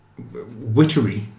wittery